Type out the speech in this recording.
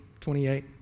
28